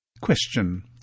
Question